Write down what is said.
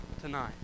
tonight